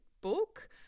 book –